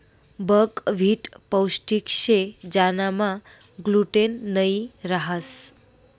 buckwheat पोष्टिक शे ज्यानामा ग्लूटेन नयी रहास